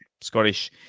Scottish